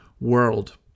World